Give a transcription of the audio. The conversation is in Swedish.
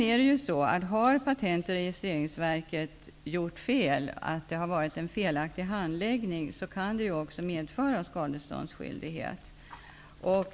Om Patent och registreringsverket har gjort fel, dvs. det har varit fråga om en felaktig handläggning, kan det medföra skadeståndsskyldighet.